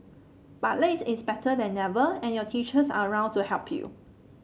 but late is better than never and your teachers are around to help you